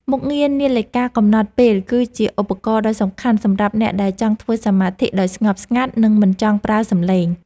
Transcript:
មុខងារនាឡិកាកំណត់ពេលគឺជាឧបករណ៍ដ៏សំខាន់សម្រាប់អ្នកដែលចង់ធ្វើសមាធិដោយស្ងប់ស្ងាត់ និង មិនចង់ប្រើសំឡេង។